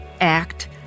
act